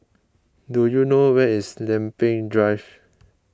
do you know where is Lempeng Drive